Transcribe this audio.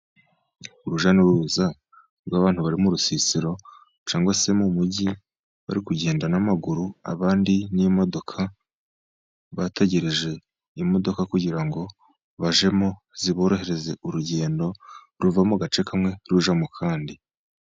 Uruja n'uruza rw'abantu bari mo rusisiro cyangwa se mu mujyi, bari kugenda n'amaguru abandi n'imodoka, bategereje imodoka kugira ngo bajyemo ziborohereze urugendo bava mu gace kamwe bajya mu kandi.